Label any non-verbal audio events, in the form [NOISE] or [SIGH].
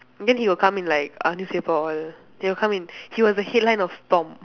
then he will come in like uh newspaper all they will come in he was the headline of stomp [LAUGHS]